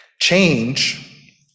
Change